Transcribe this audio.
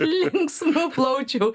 linksmų plaučių